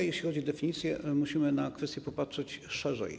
Jeśli chodzi o definicje, musimy na tę kwestię popatrzeć szerzej.